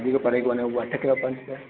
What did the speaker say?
वधीक परे कोन्हे हूह अधि किलो पंधि